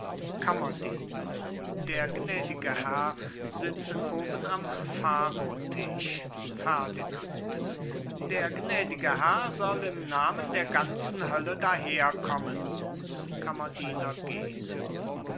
kammerdiener der gnädige herr sitzt oben am pharotisch ferdinand der gnädige herr soll im namen der ganzen hölle daher kommen kammerdiener geht